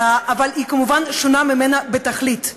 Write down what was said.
אבל היא כמובן שונה ממנה בתכלית,